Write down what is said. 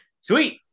Sweet